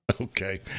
Okay